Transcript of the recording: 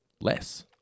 less